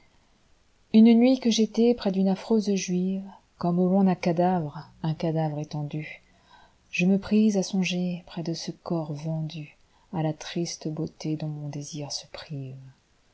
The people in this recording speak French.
une nuit que j'étais près d'une affreuse juive comme au long d'un cadavre un cadavre étendu je me pris à songer près de ce corps vendua la triste beauté dont mon désir